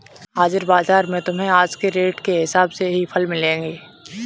हाजिर बाजार में तुम्हें आज के रेट के हिसाब से ही फल मिलेंगे